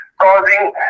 causing